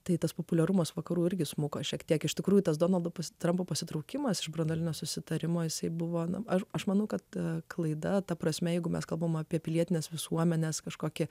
tai tas populiarumas vakarų irgi smuko šiek tiek iš tikrųjų tas donaldo trumpo pasitraukimas iš branduolinio susitarimo jisai buvo na aš aš manau kad klaida ta prasme jeigu mes kalbame apie pilietines visuomenes kažkokie